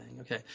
okay